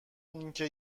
اینکه